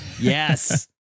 Yes